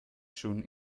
schon